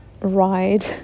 ride